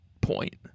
point